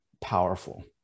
powerful